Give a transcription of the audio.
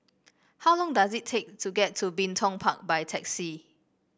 how long does it take to get to Bin Tong Park by taxi